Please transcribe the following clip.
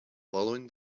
following